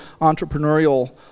entrepreneurial